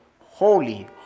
Holy